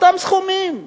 אותם סכומים.